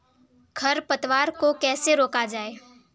खरपतवार को कैसे रोका जाए?